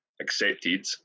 accepted